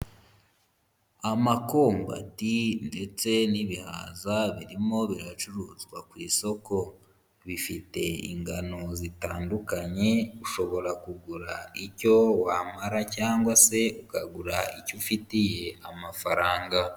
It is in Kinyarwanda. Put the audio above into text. Amakombati ndetse n'ibihaza birimo biracuruzwa ku isoko, bifite ingano zitandukanye ushobora kugura icyo wamara cyangwa se ukagura icyo ufitiye amafaranga.